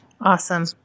Awesome